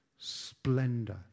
splendor